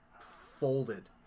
folded